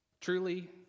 truly